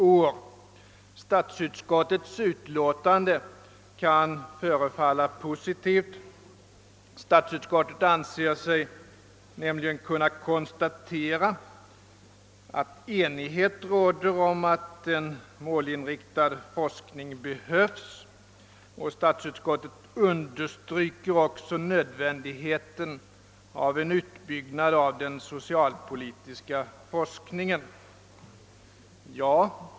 Statsutskottets utlåtande kan förefalla positivt. Utskottet anser sig nämligen kunna konstatera att enighet råder om att en målinriktad forskning behövs, och statsutskottet understryker också nödvändigheten av en utbyggnad av den socialpolitiska forskningen.